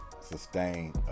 sustain